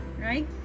right